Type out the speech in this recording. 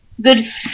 good